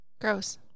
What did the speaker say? gross